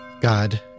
God